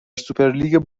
سوپرلیگ